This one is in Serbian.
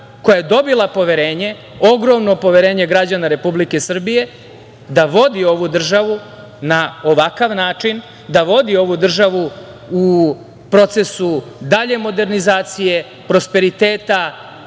koja je dobila poverenje, ogromno poverenje građana Republike Srbije da vodi ovu državu na ovakav način, da vodi ovu državu u procesu dalje modernizacije, prosperiteta,